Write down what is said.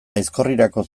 aizkorrirako